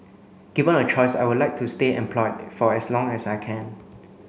given a choice I would like to stay employed for as long as I can